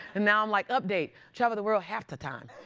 and now i'm like, update. travel the world half the time.